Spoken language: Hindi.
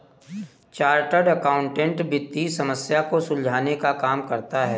चार्टर्ड अकाउंटेंट वित्तीय समस्या को सुलझाने का काम करता है